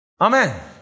Amen